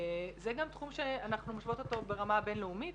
וזה גם תחום שאנחנו משוות אותו ברמה הבינלאומית.